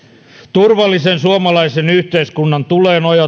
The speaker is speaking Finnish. turvallisen suomalaisen yhteiskunnan tulee nojata